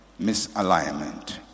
misalignment